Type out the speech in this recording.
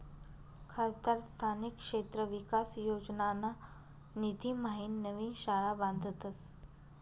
खासदार स्थानिक क्षेत्र विकास योजनाना निधीम्हाईन नवीन शाळा बांधतस